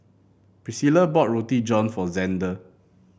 Priscila bought Roti John for Xander